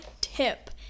tip